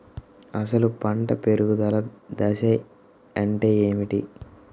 అసలు పంట పెరుగుదల దశ అంటే ఏమిటి?